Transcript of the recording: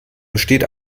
besteht